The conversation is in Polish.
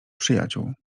przyjaciół